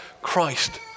Christ